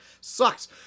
sucks